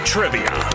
Trivia